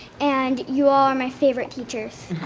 and you are my favourite teachers.